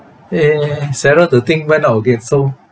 eh eh eh sarah the thing went out again so